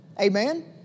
Amen